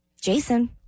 Jason